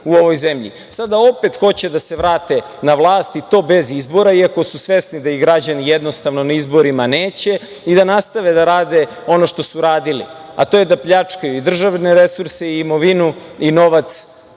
u ovoj zemlji, sada opet hoće da se vrate na vlast i to bez izbora, iako su svesni da i građani na izborima neće i da nastave da rade ono što su radili, a to je da pljačkaju državne resurse, imovinu i novac